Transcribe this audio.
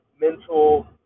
mental